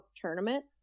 tournament